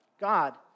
God